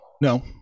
No